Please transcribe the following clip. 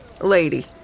lady